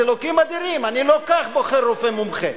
אז אלוקים אדירים, אני לא כך בוחר רופא מומחה.